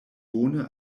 bone